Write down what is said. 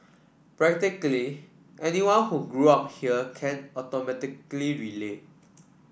practically anyone who grew up here can automatically relate